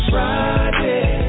Friday